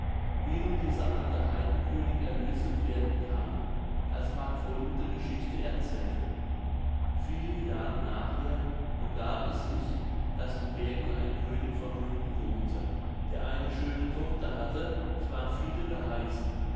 wie nun dieser alte heidenköig erlöset werden kann das mag folgende geschichte erzählen viele jahre nachher begab es sich daß in bergen ein könig von rügen wohnte der eine schöne tochter hatte swanvithe geheißen